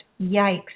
yikes